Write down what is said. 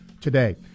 today